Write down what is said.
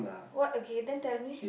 what okay then tell me